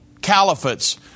caliphates